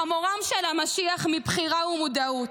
חמוריו של המשיח מבחירה ומודעות,